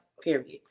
period